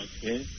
Okay